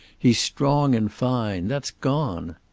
he's strong and fine. that's gone.